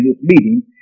meeting